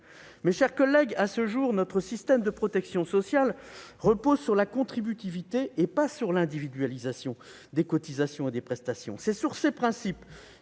prestations sociales. À ce jour, notre système de protection sociale repose sur la contributivité et non pas sur l'individualisation des cotisations et des prestations. C'est sur ces principes